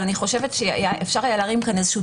אני חושבת שאפשר היה להרים כאן איזשהו